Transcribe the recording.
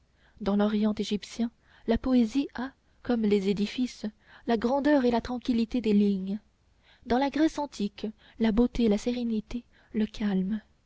dans l'orient égyptien la poésie a comme les édifices la grandeur et la tranquillité des lignes dans la grèce antique la beauté la sérénité le calme